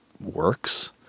works